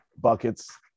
buckets